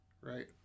right